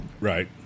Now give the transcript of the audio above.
Right